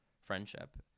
friendship